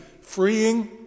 freeing